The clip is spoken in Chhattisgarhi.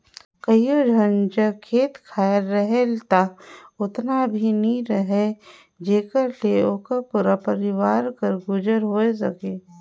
कइयो झन जग खेत खाएर रहेल ता ओतना भी नी रहें जेकर ले ओकर पूरा परिवार कर गुजर होए सके